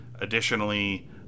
Additionally